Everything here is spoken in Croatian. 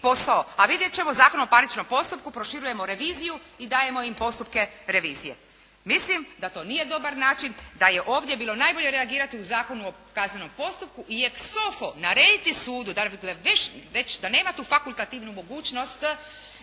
posao, a vidjeti ćemo Zakonom o parničnom postupku proširujemo reviziju i dajemo im postupke revizije. Mislim da to nije dobar način, da je ovdje bilo najbolje reagirati o Zakonu o kaznenom postupku i …/Govornik se ne razumije./… narediti sudu, dakle, već da nema tu fakultativnu mogućnost